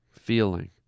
feeling